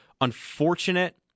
Unfortunate